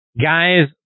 guys